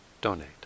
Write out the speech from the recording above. donate